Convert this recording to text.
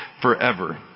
forever